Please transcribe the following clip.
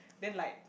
then like